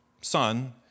son